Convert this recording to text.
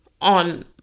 on